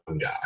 guy